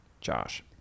josh